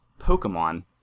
Pokemon